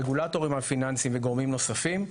הרגולטורים הפיננסיים וגורמים נוספים.